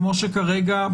כמו שכרגע,